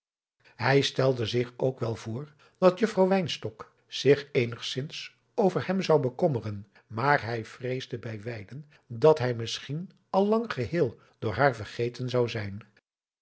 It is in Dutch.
hij stelde zich ook wel voor dat juffrouw wynstok zich eenigzins over hem zou bekommeren maar hij vreesde bij wijlen dat hij misschien al lang geheel door haar vergeten zou zijn